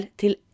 till